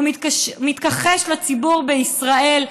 הוא מתכחש לציבור בישראל,